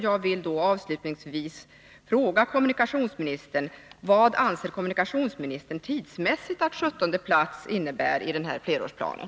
Jag vill därför fråga kommunikationsministern vad han anser att sjuttonde plats tidsmässigt innebär i den här flerårsplanen.